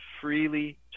freely